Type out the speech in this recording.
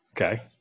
Okay